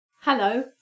Hello